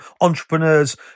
entrepreneurs